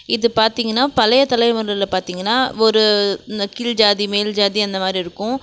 இது பார்த்தீங்கன்னா பழைய தலைமுறையில் பார்த்தீங்கன்னா ஒரு ந கீழ் ஜாதி மேல் ஜாதி அந்த மாதிரி இருக்கும்